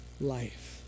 life